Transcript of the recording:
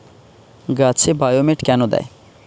গাছে বায়োমেট কেন দেয়?